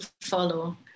follow